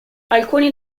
alcuni